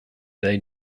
they